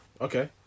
Okay